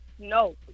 No